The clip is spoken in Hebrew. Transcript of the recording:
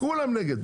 כולם נגד,